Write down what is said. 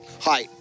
Hi